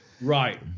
Right